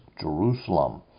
Jerusalem